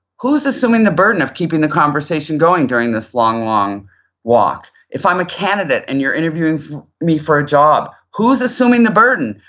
who's assuming the burden of keeping the conversation going during this long, long walk? if i'm a candidate and you're interviewing me for a job, who's assuming the burden?